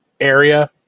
area